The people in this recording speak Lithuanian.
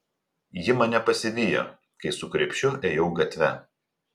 ji mane pasivijo kai su krepšiu ėjau gatve